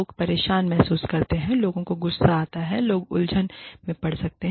लोग परेशान महसूस करते हैं लोगों को गुस्सा आता है लोग उलझनों में पड़ सकते हैं